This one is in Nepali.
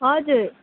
हजुर